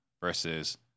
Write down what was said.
versus